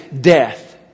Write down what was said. death